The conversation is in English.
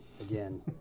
again